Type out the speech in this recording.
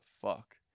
fuck